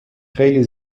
خیلی